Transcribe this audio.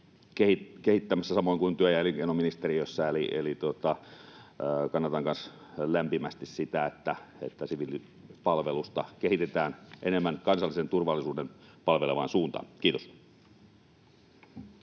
kehittämässä, samoin kuin työ- ja elinkeinoministeriössä. Eli kannatan kanssa lämpimästi sitä, että siviilipalvelusta kehitetään enemmän kansallista turvallisuutta palvelevaan suuntaan. — Kiitos.